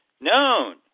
known